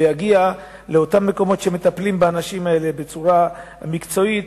להגיע לאותם מקומות שמטפלים באנשים האלה בצורה מקצועית